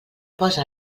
posa